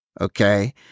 okay